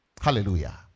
Hallelujah